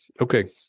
okay